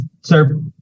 Sir